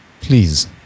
please